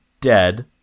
dead